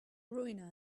ruin